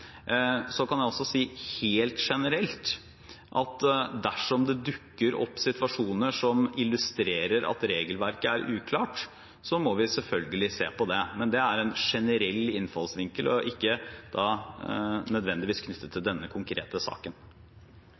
Så kan jeg si helt generelt at dersom det dukker opp situasjoner som illustrerer at regelverket er uklart, må vi selvfølgelig se på det, men det er en generell innfallsvinkel og ikke nødvendigvis knyttet til denne konkrete saken.